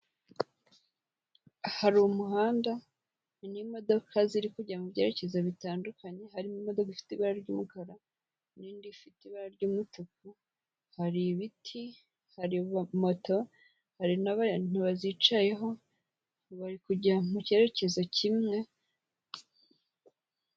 Hari umuhanda urimo imodoka ziri kujya mu byerekezo bitandukanye, harimo imodoka ifite ibara ry'umukara n'indi ifite ibara ry'umutuku, hari ibiti, hari moto, hari n'abantu bazicayeho bari kujya mu cyerekezo kimwe...